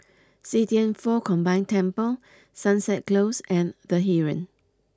See Thian Foh Combined Temple Sunset Close and the Heeren